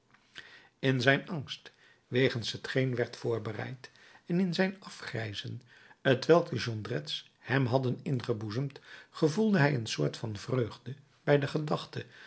in zijn angst wegens hetgeen werd voorbereid en in zijn afgrijzen t welk de jondrettes hem hadden ingeboezemd gevoelde hij een soort van vreugde bij de gedachte